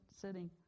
sitting